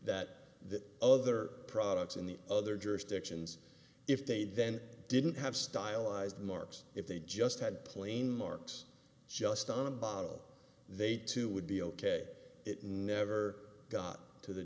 that the other products in the other jurisdictions if they then didn't have stylized marks if they just had plain marks just on a bottle they too would be ok it never got to the